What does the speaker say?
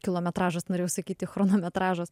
kilometražas norėjau sakyti chronometražas